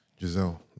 Giselle